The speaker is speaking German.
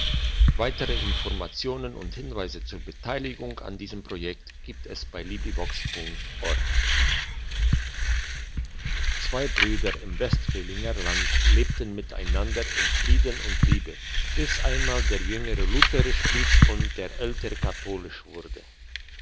die bekehrung zwei brüder im westfälinger land lebten miteinander in frieden und liebe bis einmal der jüngere lutherisch blieb und ältere katholisch wurde